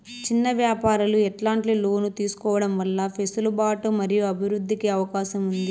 చిన్న వ్యాపారాలు ఎట్లాంటి లోన్లు తీసుకోవడం వల్ల వెసులుబాటు మరియు అభివృద్ధి కి అవకాశం ఉంది?